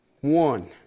One